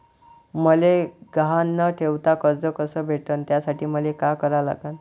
मले गहान न ठेवता कर्ज कस भेटन त्यासाठी मले का करा लागन?